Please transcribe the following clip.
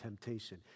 temptation